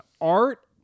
Art